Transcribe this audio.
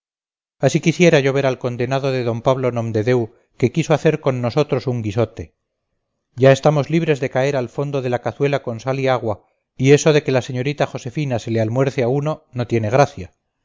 así quisiera yo ver al condenado de d pablo nomdedeu que quiso hacer con nosotros un guisote ya estamos libres de caer al fondo de la cazuela con sal y agua y eso de que la señorita josefina se le almuerce a uno no tiene gracia